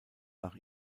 nach